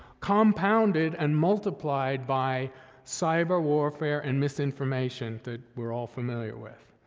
compounded and multiplied by cyber-warfare and misinformation that we're all familiar with.